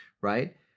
right